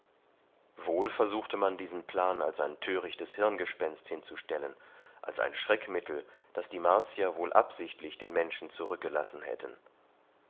wohl versuchte man diesen plan als ein törichtes hirngespinst hinzustellen als ein schreckmittel das die martier wohl absichtlich den menschen zurückgelassen hätten